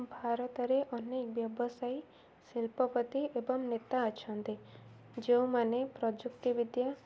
ଭାରତରେ ଅନେକ ବ୍ୟବସାୟୀ ଶିଳ୍ପପତି ଏବଂ ନେତା ଅଛନ୍ତି ଯେଉଁମାନେ ପ୍ରଯୁକ୍ତି ବିିଦ୍ୟା